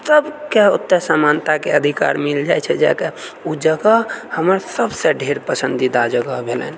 सभके ओतय समानताके अधिकार मिल जाइत छै जाके ओ जगह हमर सभसँ ढेर पसन्दीदा जगह भेलनि